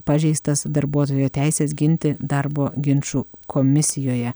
pažeistas darbuotojo teises ginti darbo ginčų komisijoje